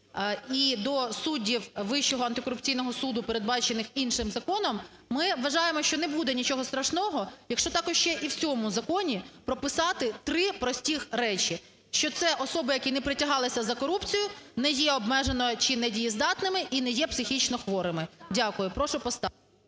і до суддів Вищого антикорупційного суду, передбачених іншим законом, ми вважаємо, що не буде нічого страшного, якщо також ще і в цьому законі прописати три простих речі: що це особи, які не притягалися за корупцію, не є обмеженими чи недієздатними і не є психічно хворими. Дякую. Прошу поставити.